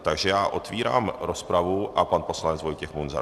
Takže otvírám rozpravu a pan poslanec Vojtěch Munzar.